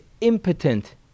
impotent